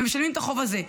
ומשלמים את החוב הזה.